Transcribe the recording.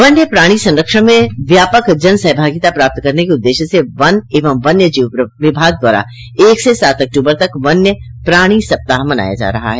वन्य प्राणी संरक्षण में व्यापक जनसहभागिता प्राप्त करने के उददेश्य से वन एवं वन्य जीव विभाग द्वारा एक से सात अक्टूबर तक वन्य प्राणी सप्ताह मनाया जा रहा है